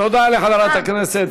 תודה לחברת הכנסת,